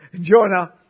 Jonah